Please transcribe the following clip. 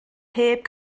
heb